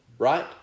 Right